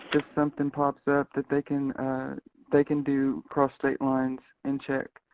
if something pops up that they can they can do, cross state lines and check.